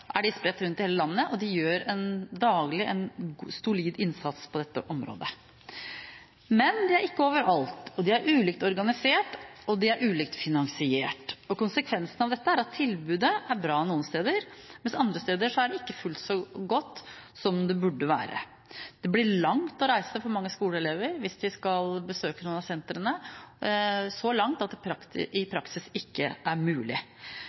spredt rundt i hele landet, og de gjør daglig en solid innsats på dette området. Men de er ikke overalt, og de er ulikt organisert og ulikt finansiert, og konsekvensen av dette er at tilbudet er bra noen steder, mens andre steder er det ikke fullt så godt som det burde være. Det blir langt å reise for mange skoleelever hvis de skal besøke noen av sentrene, så langt at det i praksis ikke er mulig.